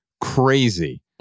crazy